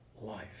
life